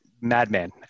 madman